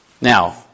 Now